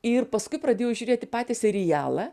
ir paskui pradėjau žiūrėti patį serialą